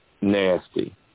nasty